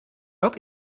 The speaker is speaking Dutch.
had